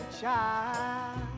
child